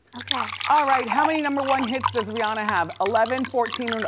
all right, how many number one hits does rihanna have? eleven, fourteen and